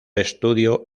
estudio